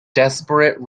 desperate